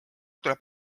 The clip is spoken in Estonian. tuleb